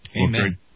amen